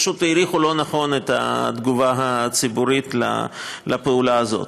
פשוט העריכו לא נכון את התגובה הציבורית לפעולה הזאת.